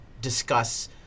discuss